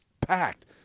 packed